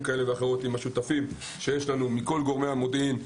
כאלה ואחרות עם השותפים שיש לנו מכל גורמי המודיעין,